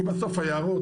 כי בסוף היערות,